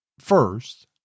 first